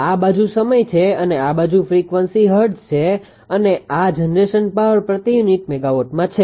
આ બાજુ સમય છે અને આ બાજુ ફ્રીક્વન્સી હર્ટ્ઝ છે અને આ જનરેટર પાવર પ્રતિ યુનિટ મેગાવોટમાં છે